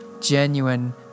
genuine